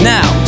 Now